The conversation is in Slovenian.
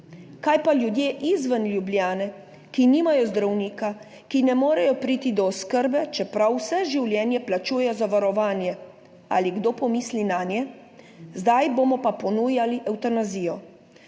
Kaj pa ljudje izven Ljubljane, ki nimajo zdravnika, ki ne morejo priti do oskrbe, čeprav vse življenje plačujejo zavarovanje. Ali kdo pomisli nanje? Zdaj bomo pa ponujali evtanazijo.